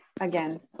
again